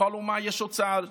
לכל אומה יש אוצר,